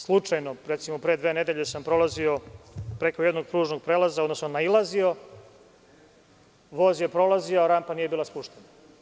Slučajno, recimo, pre dve nedelje sam prolazio preko jednog pružnog prelaza, odnosno nailazio, voz je prolazio, a rampa nije bila spuštena.